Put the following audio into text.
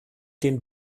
den